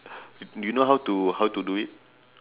do you know how to how to do it